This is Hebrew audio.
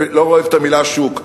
לא אוהב את המלה "שוק".